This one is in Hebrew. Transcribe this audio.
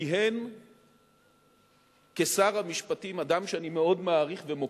כיהן כשר המשפטים אדם שאני מאוד מעריך ומוקיר,